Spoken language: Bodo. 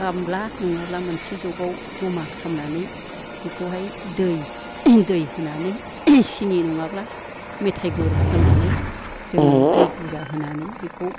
गामब्ला नङाबा मोनसे जगाव जमा खालामनानै बेखौहाय दै होनानै सिनि नङाब्ला मेथाइ गुर होनानै जों दै बुरजा होनानै बेखौ